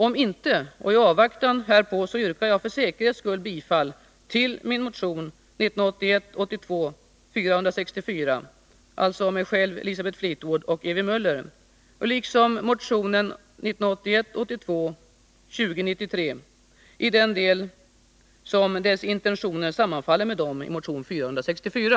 Om inte och i avvaktan härpå yrkar jag för säkerhets skull bifall till motion 1981 82:2093 i den del som dess intentioner sammanfaller med dem i motion 464.